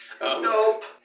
Nope